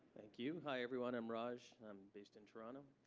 thank you. hi everyone, i'm raj, i'm based in toronto.